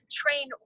train